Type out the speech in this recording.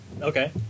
Okay